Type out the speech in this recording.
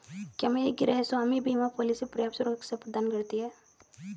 क्या मेरी गृहस्वामी बीमा पॉलिसी पर्याप्त सुरक्षा प्रदान करती है?